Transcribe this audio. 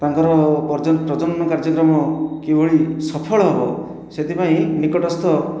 ତାଙ୍କର ପ୍ରଜନନ କାର୍ଯ୍ୟକ୍ରମ କିଭଳି ସଫଳ ହେବ ସେଥିପାଇଁ ନିକଟସ୍ଥ